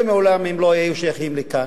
הרי מעולם הם לא היו שייכים לכאן,